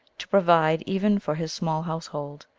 to provide even for his small household.